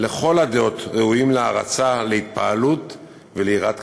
לכל הדעות, ראויים להערצה, להתפעלות וליראת כבוד.